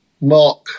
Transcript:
mark